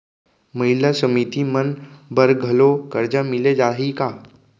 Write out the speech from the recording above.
महिला समिति मन बर घलो करजा मिले जाही का?